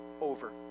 over